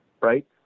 right